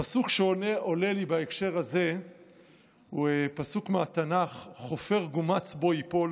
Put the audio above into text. הפסוק שעולה לי בהקשר הזה הוא פסוק מהתנ"ך: "חפר גומץ בו יפול